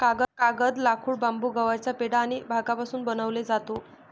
कागद, लाकूड, बांबू, गव्हाचा पेंढा आणि भांगापासून बनवले जातो